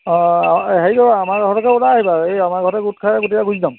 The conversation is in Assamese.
অ হেৰি কৰিব আমাৰ ঘৰলৈকে ওলাই আহিবা এই আমাৰ ঘৰতে গোট খাই গোটেইগাল গুচি যাম